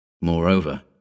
Moreover